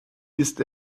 ist